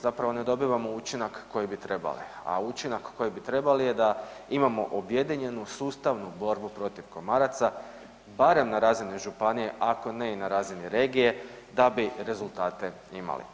Zapravo ne dobivamo učinak koji bi trebali, a učinak koji bi trebali je da imamo objedinjenu sustavnu borbu protiv komaraca, barem na razini županije, ako ne i na razini regije, da bi rezultate imali.